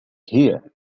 here